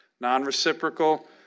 non-reciprocal